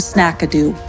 Snackadoo